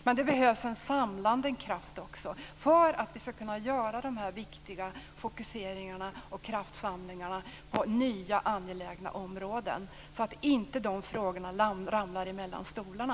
Men det behövs också en samlande kraft för att vi ska kunna göra dessa viktiga fokuseringar och kraftsamlingar på nya angelägna områden, så att dessa frågor inte ramlar mellan stolarna.